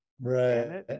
Right